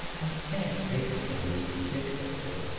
i can't take it from you as a gift, i said,